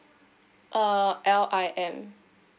uh L I M